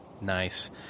Nice